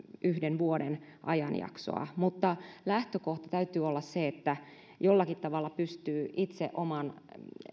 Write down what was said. yhden vuoden ajanjaksoa mutta lähtökohta täytyy olla se että jollakin tavalla pystyy itse oman